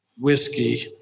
whiskey